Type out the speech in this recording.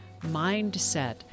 mindset